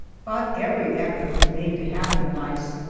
but every effort was made to have them nice.